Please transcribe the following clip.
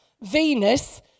Venus